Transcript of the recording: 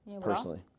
personally